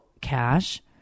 Cash